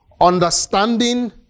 Understanding